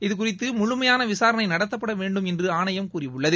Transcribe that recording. இது குறித்து முழுமையாள விசாரணை நடத்தப்பட வேண்டும் என்று ஆணையம் கூறியுள்ளது